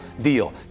deal